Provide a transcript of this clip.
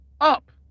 up